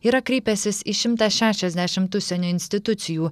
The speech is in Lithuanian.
yra kreipęsis į šimtą šešiasdešimt užsienio institucijų